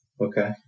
Okay